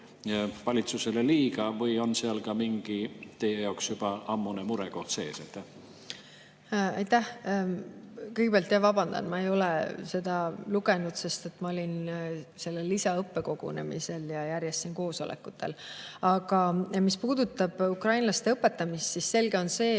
valitsusele liiga või on seal ka mingi teie jaoks juba ammune murekoht sees? Aitäh! Kõigepealt, jah, vabandan, ma ei ole seda lugenud, sest ma olin sellel lisaõppekogunemisel ja järjest siin koosolekutel. Aga mis puudutab ukrainlaste õpetamist, siis selge on see,